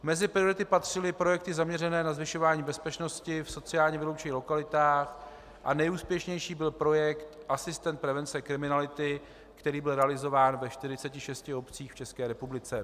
Mezi priority patřily projekty zaměřené na zvyšování bezpečnosti v sociálně vyloučených lokalitách a nejúspěšnější byl projekt asistent prevence kriminality, který byl realizován ve 46 obcích v České republice.